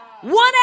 One